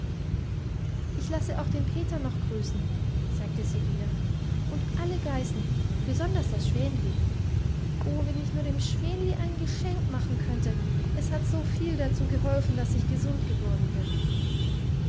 ich lasse auch den peter noch grüßen sagte sie wieder und alle geißen besonders das schwänli oh wenn ich nur dem schwänli ein geschenk machen könnte es hat so viel dazu geholfen daß ich gesund geworden bin